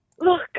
Look